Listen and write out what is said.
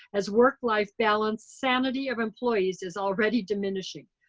as work life balance, sanity of employees is already diminishing.